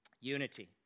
Unity